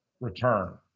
return